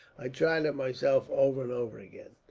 i've tried it myself, over and over again.